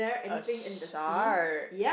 a shark